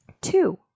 two